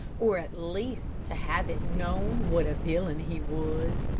or at least to have it known what a villain he was.